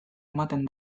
ematen